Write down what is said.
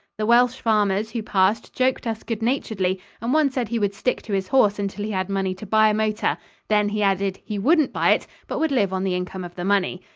the welsh farmers who passed joked us good-naturedly and one said he would stick to his horse until he had money to buy a motor then, he added, he wouldn't buy it, but would live on the income of the money.